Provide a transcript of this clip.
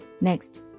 Next